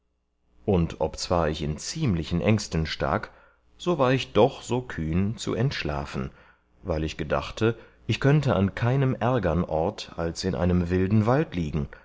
und obzwar ich in ziemlichen ängsten stak so war ich doch so kühn zu entschlafen weil ich gedachte ich könnte an keinem ärgern ort als in einem wilden wald